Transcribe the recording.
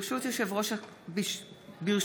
ברשות יושב-ראש הכנסת,